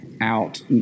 out